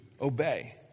obey